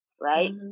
right